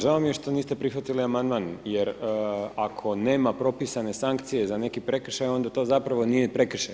Žao mi je što niste prihvatili amandman, jer ako nema propisane sankcije za neki prekršaj, onda to zapravo nije prekršaj.